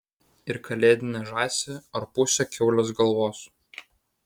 ir kalėdinę žąsį ar pusę kiaulės galvos